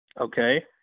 Okay